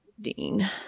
Dean